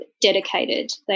dedicated